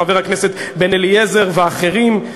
חבר הכנסת בן-אליעזר ואחרים.